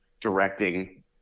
directing